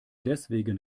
deswegen